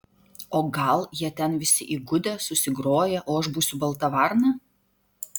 o gal jie ten visi įgudę susigroję o aš būsiu balta varna